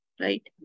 right